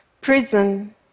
Prison